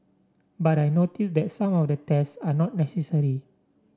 but I notice that some of the tests are not necessary